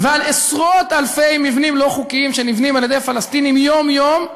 ועל עשרות-אלפי מבנים לא חוקיים שנבנים על-ידי פלסטינים יום-יום,